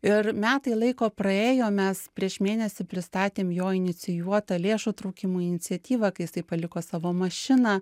ir metai laiko praėjo mes prieš mėnesį pristatėm jo inicijuotą lėšų traukimų iniciatyvą kai jisai paliko savo mašiną